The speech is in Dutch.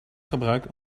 gebruikt